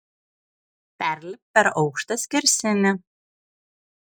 perlipk per aukštą skersinį